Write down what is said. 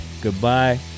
goodbye